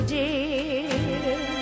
dear